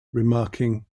remarking